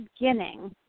beginning